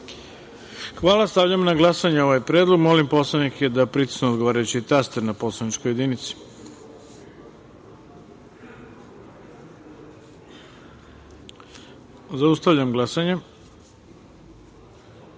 Hvala. Stavljam na glasanje ovaj predlog. Molim poslanike da pritisnu odgovarajući taster na poslaničkoj jedinici. Zaustavljam glasanje: